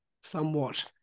somewhat